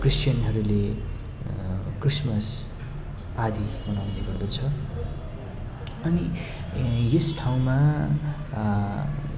क्रिस्चियनहरूले Christmas आदि मनाउने गर्दछ अनि यस ठाउँमा